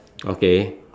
okay